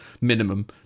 minimum